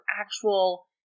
actual